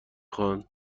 خواهند